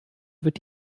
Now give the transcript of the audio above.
wird